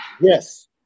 Yes